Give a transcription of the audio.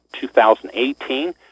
2018